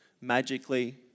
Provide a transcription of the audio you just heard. magically